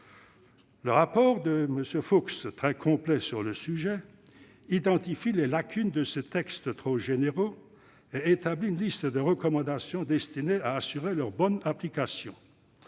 Le rapport de M. Fuchs, très complet sur le sujet, identifie les lacunes de ces textes trop généraux et établit une liste de recommandations destinées à assurer leur bonne application.